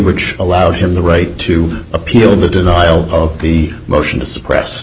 which allowed him the right to appeal the denial of the motion to suppress